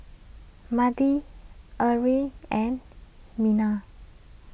Mandi Earlie and Minna